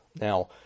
Now